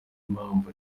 impamvu